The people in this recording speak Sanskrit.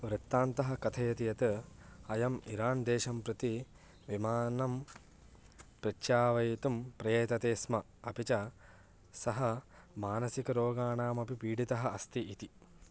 वृत्तान्तः कथयति यत् अयम् इरान् देशं प्रति विमानं प्रच्यावयितुं प्रयतते स्म अपि च सः मानसिकरोगाणामपि पीडितः अस्ति इति